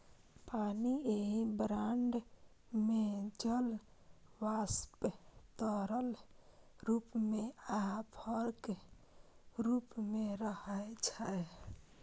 पानि एहि ब्रह्मांड मे जल वाष्प, तरल रूप मे आ बर्फक रूप मे रहै छै